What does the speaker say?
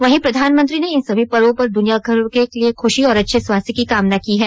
वहीं प्रधानमंत्री ने इन सभी पर्वों पर द्नियाभर के लिए खुशी और अच्छे स्वास्थ्य की कामना की है